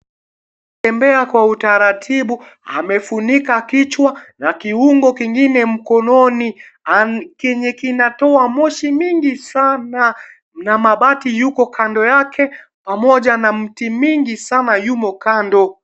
Akitembea kwa utaratibu, amefunika kichwa na kiungo kingine mkononi kenye kinatoa moshi mingi sana na mabati Yuko kando yake pamoja na mti mingi sana yumo kando.